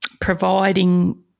providing